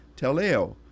Teleo